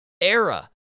era